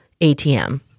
ATM